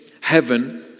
heaven